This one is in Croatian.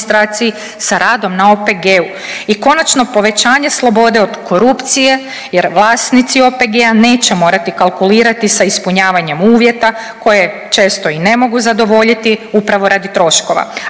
sa radom na OPG-u. I konačno povećanje slobode od korupcije, jer vlasnici OPG-a neće morati kalkulirati sa ispunjavanjem uvjeta koje često i ne mogu zadovoljiti upravo radi troškova,